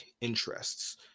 interests